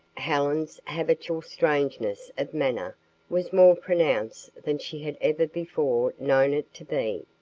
helen's habitual strangeness of manner was more pronounced than she had ever before known it to be.